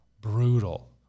brutal